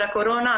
הקורונה,